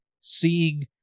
seeing